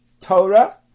Torah